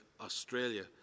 Australia